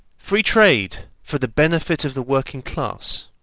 free trade for the benefit of the working class.